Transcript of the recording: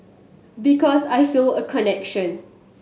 because I feel a connection